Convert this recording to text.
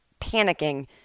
panicking